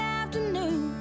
afternoon